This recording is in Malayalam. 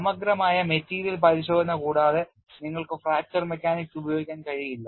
സമഗ്രമായ മെറ്റീരിയൽ പരിശോധന കൂടാതെ നിങ്ങൾക്ക് ഫ്രാക്ചർ മെക്കാനിക്സ് ഉപയോഗിക്കാൻ കഴിയില്ല